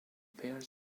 bears